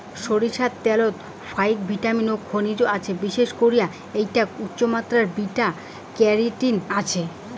সইরষার ত্যালত ফাইক ভিটামিন ও খনিজ আছে, বিশেষ করি এ্যাইটে উচ্চমাত্রার বিটা ক্যারোটিন আছে